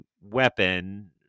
weapon